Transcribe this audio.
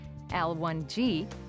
L1G